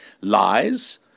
lies